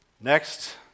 Next